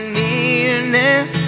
nearness